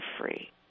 free